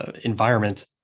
environment